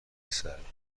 سردرگم